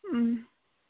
ꯎꯝ